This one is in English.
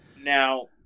Now